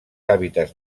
hàbitats